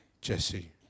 Jesse